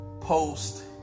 post